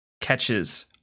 catches